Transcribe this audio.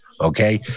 Okay